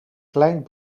klein